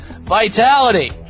vitality